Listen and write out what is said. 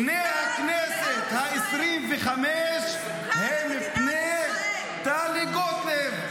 פני הכנסת העשרים-וחמש הם פני טלי גוטליב.